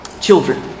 Children